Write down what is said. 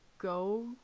Go